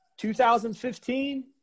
2015